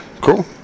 Cool